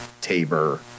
Tabor